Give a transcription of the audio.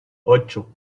ocho